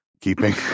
keeping